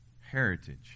heritage